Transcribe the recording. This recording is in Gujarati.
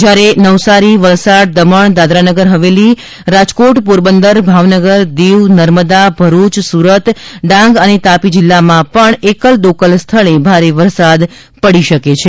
જયારે નવસારી વલસાડ દમણ દાદરાનગર હવેલી રાજકોટ પોરબંદર ભાવનગર દીવ નર્મદા ભરૂચ સુરત ડાંગ અને તાપી જિલ્લલ્માં પણ એકલદોકલ સ્થળે ભારે વરસાદ પડી શકે છે